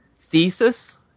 Thesis